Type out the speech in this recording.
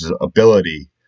ability